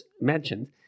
mentioned